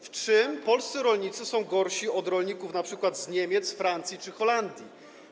W czym polscy rolnicy są gorsi od rolników np. z Niemiec, Francji czy Holandii?